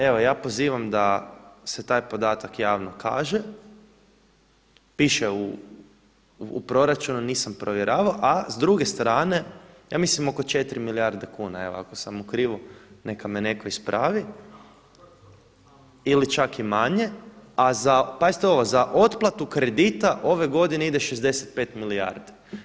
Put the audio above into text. Evo ja pozivam da se taj podatak javno kaže, piše u proračunu, nisam provjeravao a s druge strane ja mislim oko 4 milijarde kuna, evo ako sam u krivu neka me netko ispravi, ili čak i manje, a za, pazite ovo, a za otplatu kredita ove godine ide 65 milijardi.